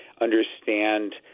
understand –